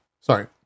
Sorry